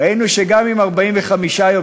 ראינו שגם עם 45 יום,